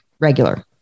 regular